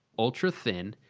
ultra-thin,